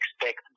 expect